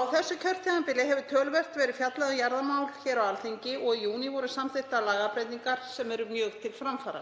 Á þessu kjörtímabili hefur töluvert verið fjallað um jarðamál á Alþingi og í júní voru samþykktar lagabreytingar sem eru mjög til framfara.